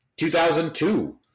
2002